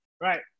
Right